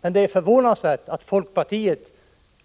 Men det är förvånansvärt att folkpartiet